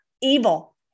evil